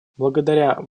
благодаря